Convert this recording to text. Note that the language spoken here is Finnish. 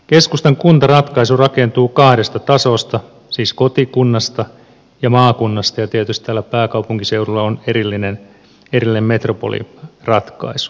keskustan kuntaratkaisu rakentuu kahdesta tasosta siis kotikunnasta ja maakunnasta ja tietysti täällä pääkaupunkiseudulla on erillinen metropoliratkaisu